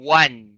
one